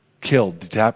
killed